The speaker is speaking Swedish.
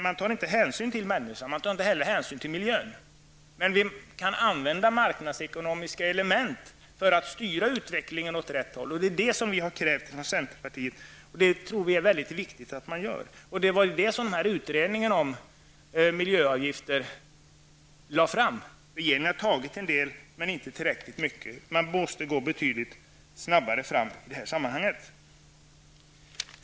Man tar inte hänsyn till människan, och man tar inte heller hänsyn till miljön. Men vi kan använda marknadsekonomiska element för att styra utvecklingen åt rätt håll. Detta har vi krävt i centerpartiet, och vi tror att det är mycket viktigt att man gör så. Det var detta förslag som utredningen om miljöavgifter lade fram. Regeringen har tagit en del, men inte tillräckligt mycket. Man måste gå betydligt snabbare fram i det här sammanhanget.